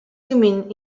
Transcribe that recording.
thummim